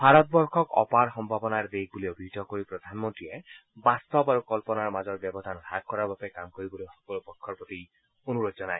ভাৰতবৰ্ষ অপাৰ সম্ভাৱনা দেশ বুলি অভিহিত কৰি প্ৰধানমন্ত্ৰীয়ে বাস্তৱ আৰু কল্পনাৰ মাজত ব্যৱধান হ্ৰাস কৰাৰ বাবে কাম কৰিবলৈ সকলো পক্ষৰ প্ৰতি অনুৰোধ জনায়